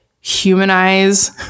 humanize